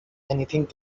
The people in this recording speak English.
anything